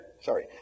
Sorry